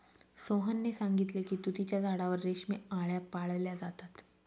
सोहनने सांगितले की तुतीच्या झाडावर रेशमी आळया पाळल्या जातात